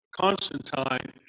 Constantine